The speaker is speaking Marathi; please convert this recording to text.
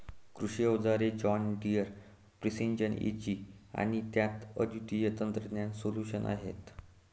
कृषी अवजारे जॉन डियर प्रिसिजन एजी आणि त्यात अद्वितीय तंत्रज्ञान सोल्यूशन्स आहेत